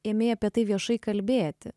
ėmė apie tai viešai kalbėti